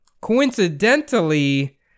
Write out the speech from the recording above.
Coincidentally